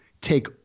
take